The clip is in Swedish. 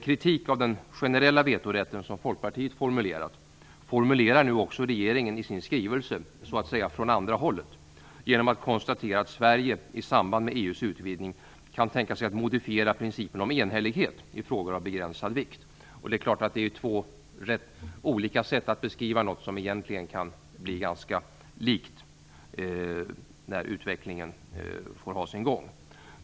Kritiken av den generella vetorätten, som Folkpartiet har formulerat, formulerar nu också regeringen i sin skrivelse från så att säga andra hållet genom att konstatera att Sverige i samband med EU:s utvidgning kan tänka sig att modifiera principen om enhällighet i frågor av begränsad vikt. Det är två rätt olika sätt att beskriva något som egentligen kan bli ganska likt när utvecklingen får ha sin gång.